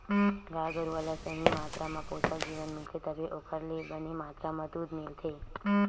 गाय गरूवा ल सही मातरा म पोसक जेवन मिलथे तभे ओखर ले बने मातरा म दूद मिलथे